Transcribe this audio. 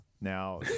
Now